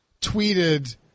tweeted